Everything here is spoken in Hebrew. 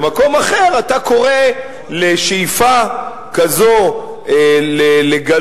במקום אחר אתה קורא לשאיפה כזו לגלות,